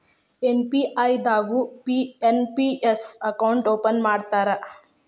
SBI ದಾಗು NPS account open ಮಾಡ್ತಾರಾ